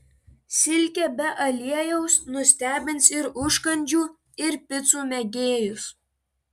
silkė be aliejaus nustebins ir užkandžių ir picų mėgėjus